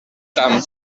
amb